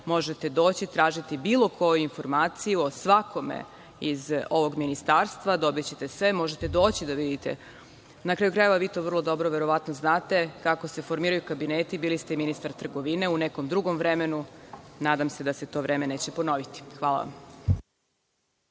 možete doći, tražiti bilo koju informaciju o svakome iz ovog ministarstva, dobićete sve. Možete doći da vidite. Na kraju krajeva, vi to vrlo dobro, verovatno znate, kako se formiraju kabineti, bili ste i ministar trgovine u nekom drugom vremenu. Nadam se da se to vreme neće ponoviti. Hvala